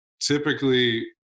typically